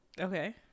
Okay